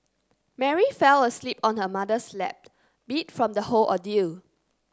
Mary fell asleep on her mother's lap beat from the whole ordeal